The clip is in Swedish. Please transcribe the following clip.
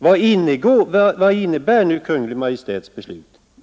Vad innebär nu Kungl. Maj:ts beslut?